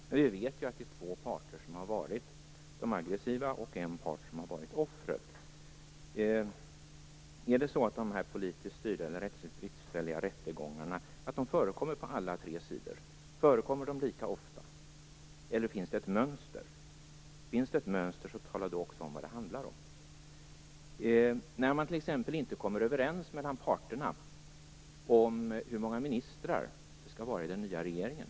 Men vi vet att det är två parter som har varit de aggressiva och en part som har varit offret. Är det så att dessa politiskt styrda eller rättsligt bristfälliga rättegångarna förekommer på alla tre sidor? Förekommer de lika ofta, eller finns det ett mönster? Om det finns ett mönster, tala om vad det handlar om. Man kan t.ex. inte komma överens mellan parterna om hur många ministrar det skall vara i den nya regeringen.